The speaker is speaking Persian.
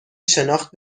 شناخت